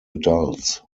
adults